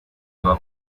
eva